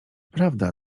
prawda